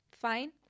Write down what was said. fine